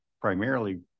primarily